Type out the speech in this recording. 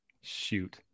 Shoot